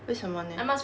为什么 leh